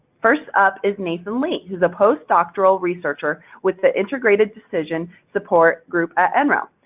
first up is nathan lee who is a postdoctoral researcher with the integrated decision support group at nrel.